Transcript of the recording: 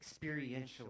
Experientially